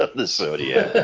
ah this saudi yeah